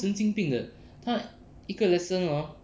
神经病的他一个 lesson hor